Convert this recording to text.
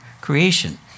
creation